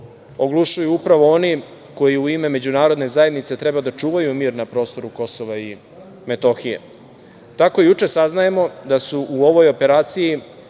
oglušuju upravo oni koji u ime međunarodne zajednice treba da čuvaju mir na prostoru KiM.Juče saznajemo da su o ovoj operaciji,